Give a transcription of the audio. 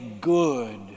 good